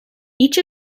each